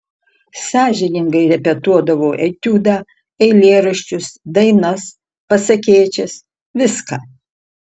sąžiningai repetuodavau etiudą eilėraščius dainas pasakėčias viską